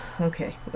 Okay